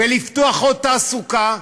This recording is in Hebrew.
ולפתוח עוד תעסוקה,